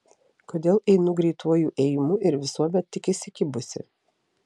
kodėl einu greituoju ėjimu ir visuomet tik įsikibusi